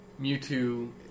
Mewtwo